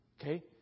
Okay